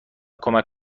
کمک